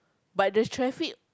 but the traffic